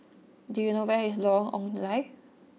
do you know where is Lorong Ong Lye